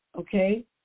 okay